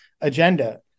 agenda